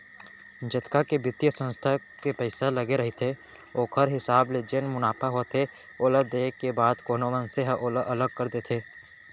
जतका के बित्तीय संस्था के पइसा लगे रहिथे ओखर हिसाब ले जेन मुनाफा होथे ओला देय के बाद कोनो मनसे ह ओला अलग कर देथे